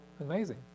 Amazing